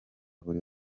buri